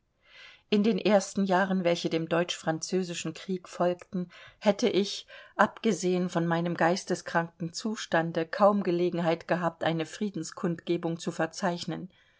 in den ersten jahren welche dem deutsch-französischen krieg folgten hätte ich abgesehen von meinem geisteskranken zustande kaum gelegenheit gehabt eine friedenskundgebung zu verzeichnen